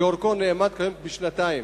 שאורכו נאמד היום בשנתיים,